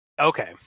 Okay